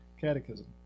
catechism